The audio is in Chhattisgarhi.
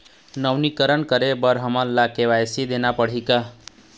नवीनीकरण करे बर हमन ला के.वाई.सी देना पड़ही का?